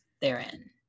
therein